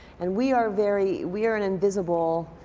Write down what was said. and we are very we are an invisible.